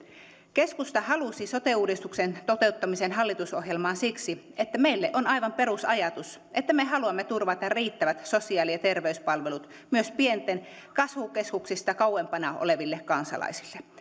keskusta halusi sote uudistuksen toteuttamisen hallitusohjelmaan siksi että meille on aivan perusajatus se että me haluamme turvata riittävät sosiaali ja terveyspalvelut myös pienten kuntien kasvukeskuksista kauempana oleville kansalaisille